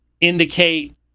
indicate